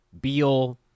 Beal